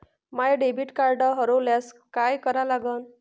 माय debit card हरोल्यास काय करा लागन?